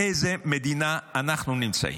באיזו מדינה אנחנו נמצאים?